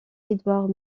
édouard